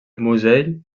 musell